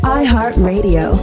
iHeartRadio